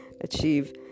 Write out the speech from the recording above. achieve